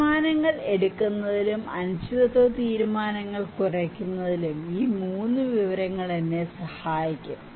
തീരുമാനങ്ങൾ എടുക്കുന്നതിനും അനിശ്ചിതത്വ തീരുമാനങ്ങൾ കുറക്കുന്നതിനും ഈ 3 വിവരങ്ങൾ എന്നെ സഹായിക്കും